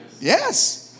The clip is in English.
Yes